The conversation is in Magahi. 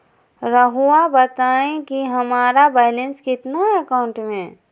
रहुआ बताएं कि हमारा बैलेंस कितना है अकाउंट में?